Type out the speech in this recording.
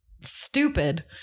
stupid